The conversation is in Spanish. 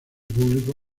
público